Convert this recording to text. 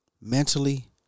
Mentally